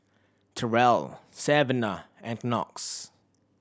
Terrell Savanah and Knox